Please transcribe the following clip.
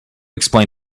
explain